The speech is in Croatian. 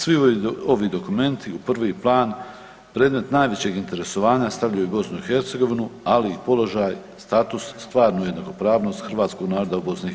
Svi ovi dokumenti u prvi plan predmet najvećeg interesovanja stavljaju BiH, ali i položaj, status stvarnu jednakopravnost hrvatskog naroda u BiH.